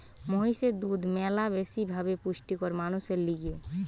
মহিষের দুধ ম্যালা বেশি ভাবে পুষ্টিকর মানুষের লিগে